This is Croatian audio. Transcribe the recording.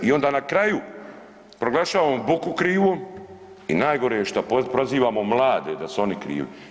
I onda na kraju proglašavamo Boku krivom i najgore je šta prozivamo mlade da su oni krivi.